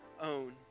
own